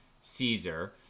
caesar